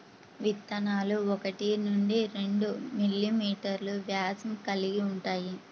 విత్తనాలు ఒకటి నుండి రెండు మిల్లీమీటర్లు వ్యాసం కలిగి ఉంటాయి